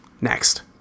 Next